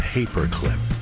Paperclip